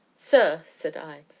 sir, said i,